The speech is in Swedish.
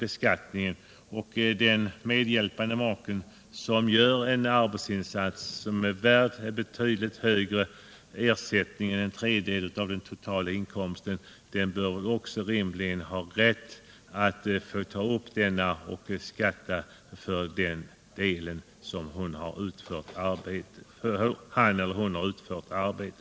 En medhjälpande make som gör en arbetsinsats som är betydligt mer värd än en tredjedel av familjeinkomsten bör rimligen ha rätt att till beskattning ta upp en inkomst som motsvarar det arbete han eller hon utfört i företaget.